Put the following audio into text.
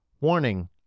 Warning